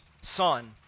son